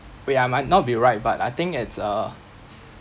where I might not be right but I think it's uh